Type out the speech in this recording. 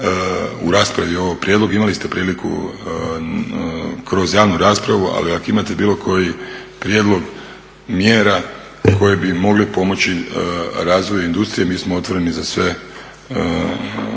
u raspravi ovoj, prijedlog, imali ste priliku kroz javnu raspravu, ali ako imate bilo koji prijedlog mjera koji bi mogli pomoći razvoju industrije, mi smo otvoreni za sve